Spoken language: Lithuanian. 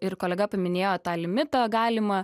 ir kolega paminėjo tą limitą galimą